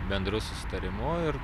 bendru susitarimu ir